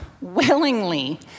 willingly